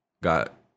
got